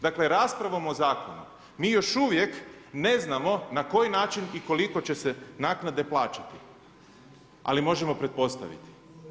Dakle, raspravom o Zakonu mi još uvijek ne znamo na koji način i koliko će se naknade plaćati, ali možemo pretpostaviti.